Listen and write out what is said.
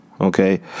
Okay